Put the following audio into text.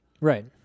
Right